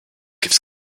gives